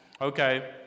Okay